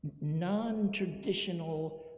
non-traditional